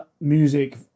music